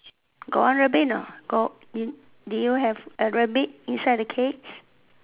got one rabbit not got did did you have a rabbit inside the cage